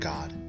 God